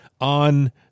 on